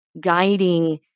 guiding